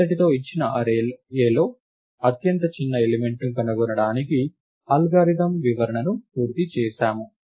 ఇంతటితో ఇచ్చిన అర్రే Aలో అత్యంత చిన్న ఎలిమెంట్ ను కనుగొనడానికి అల్గారిథమ్ వివరణను పూర్తి చేశాము